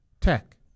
Tech